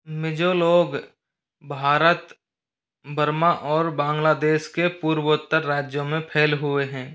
मिज़ो लोग भारत बर्मा और बांग्लादेश के पूर्वोत्तर राज्यों में फैले हुए हैं